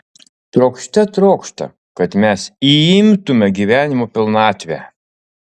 trokšte trokšta kad mes įimtume gyvenimo pilnatvę